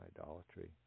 idolatry